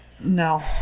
No